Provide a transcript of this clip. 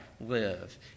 live